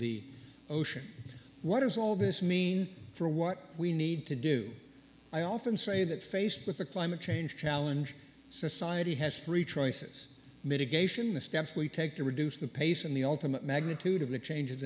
the ocean what does all this mean for what we need to do i often say that faced with the climate change challenge society has three choices mitigation the steps we take to reduce the pace and the ultimate magnitude of the changes